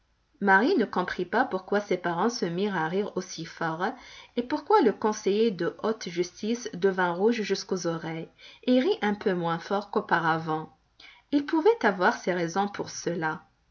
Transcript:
marie ne comprit pas pourquoi ses parents se mirent à rire aussi fort et pourquoi le conseiller de haute justice devint rouge jusqu'aux oreilles et rit un peu moins fort qu'auparavant il pouvait avoir ses raisons pour cela